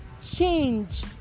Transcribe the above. change